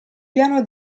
piano